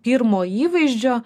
pirmo įvaizdžio